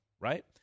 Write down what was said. right